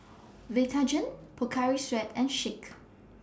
Vitagen Pocari Sweat and Schick